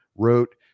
Wrote